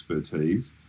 expertise